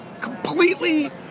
completely